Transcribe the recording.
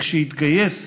לכשיתגייס,